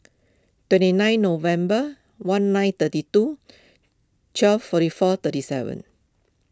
twenty nine November one nine thirty two twelve forty four thirty seven